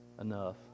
Enough